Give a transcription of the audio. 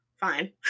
fine